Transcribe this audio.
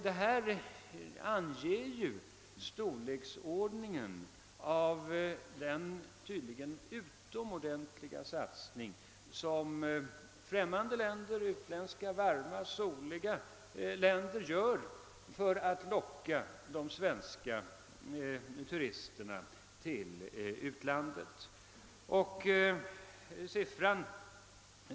Detta anger ju storleken av den tydligen utomordentliga satsning, som varma och soliga främmande länder gör för att locka de svenska turisterna till sig.